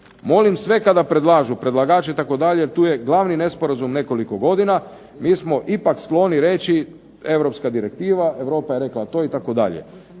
Molim sve kada predlažu, predlagače itd., tu je glavni nesporazum nekoliko godina, mi smo ipak skloni reći Europska direktiva i tako to, Europa je rekla to itd.